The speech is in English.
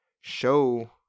show